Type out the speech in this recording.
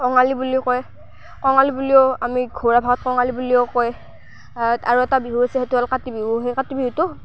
কঙালী বুলিও কয় কঙালী বুলিও আমি ঘৰুৱা ভাষাত কঙালী বুলিও কয় আৰু এটা বিহু আছে সেইটো হ'ল কাতি বিহু সেই কাতি বিহুটো